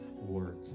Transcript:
work